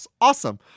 awesome